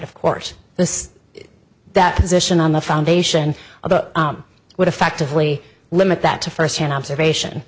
of course this that position on the foundation of a would effectively limit that to first hand observation